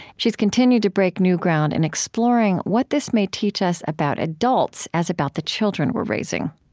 she's continued to break new ground in exploring what this may teach us about adults as about the children we're raising.